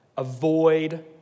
Avoid